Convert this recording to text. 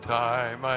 time